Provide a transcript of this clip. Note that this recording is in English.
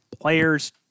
players